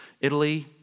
Italy